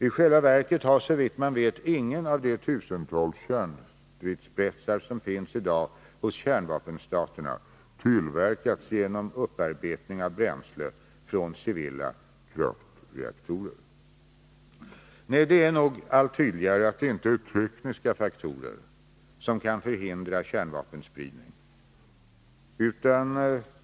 I själva verket har såvitt man vet ingen av de tusentals kärnstridsspetsar som finns i dag hos kärnvapenstaterna tillverkats genom upparbetning av bränsle från civila kraftreaktorer. Nej, det blir nog allt tydligare att det inte är tekniska faktorer som kan förhindra kärnvapenspridning.